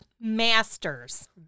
masters